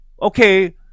Okay